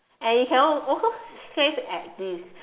and it can also phase as this